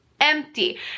empty